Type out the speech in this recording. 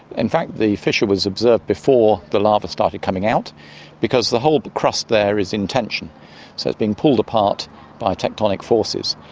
in fact the fissure was observed before the lava started coming out because the whole but crust there is in tension. so it's being pulled apart by tectonic forces.